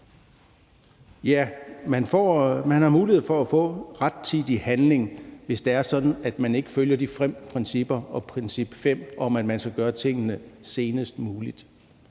Man har mulighed for at få rettidig handling, hvis det er sådan, at man ikke følger de fem principper og princip fem om, at man skal gøre tingene senest muligt.